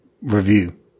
review